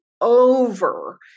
over